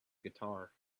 guitar